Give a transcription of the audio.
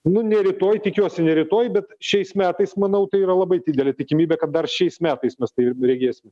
nu ne rytoj tikiuosi ne rytoj bet šiais metais manau tai yra labai didelė tikimybė kad dar šiais metais mes tai regėsim